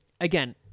again